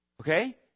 Okay